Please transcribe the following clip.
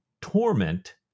torment